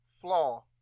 flaw